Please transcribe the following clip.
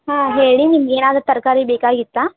ಹಾಂ ಹೇಳಿ ನಿಮ್ಗೆ ಏನಾದರು ತರಕಾರಿ ಬೇಕಾಗಿತ್ತಾ